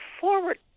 forward